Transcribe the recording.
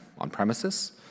on-premises